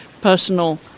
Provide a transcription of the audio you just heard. personal